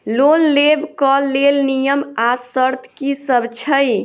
Loan लेबऽ कऽ लेल नियम आ शर्त की सब छई?